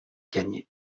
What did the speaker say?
gagnée